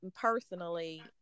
personally